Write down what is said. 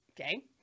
Okay